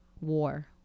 War